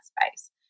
space